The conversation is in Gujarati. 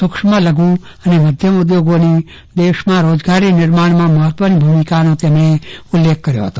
સુક્ષ્મ લઘુ અને મધ્યમ ઉદ્યોગની દેશમાં રોજગારી નિર્માણમાં મહત્વની ભૂમિકાનો તેમણે ઉલ્ખ કર્યો હતો